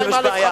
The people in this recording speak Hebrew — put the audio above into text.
עכשיו, יש בעיה.